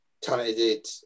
talented